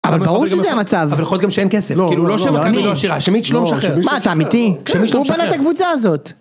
אבל ברור שזה המצב. אבל יכול להיות גם שאין כסף. כאילו, לא שם אקדמיה ושירה, שמית שלום שחר. מה, אתה אמיתי? כן, שמית שלום שחר. הוא בנה את הקבוצה הזאת